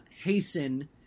hasten